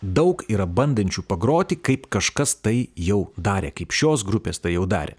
daug yra bandančių pagroti kaip kažkas tai jau darė kaip šios grupės tai jau darė